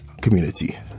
community